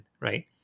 right